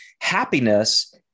happiness